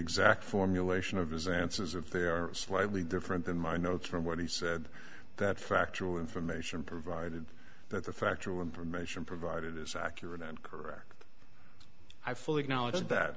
exact formulation of his answers if they are slightly different than my notes from what he said that factual information provided that the factual information provided is accurate and correct i fully acknowledge that